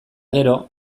gero